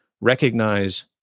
recognize